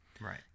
Right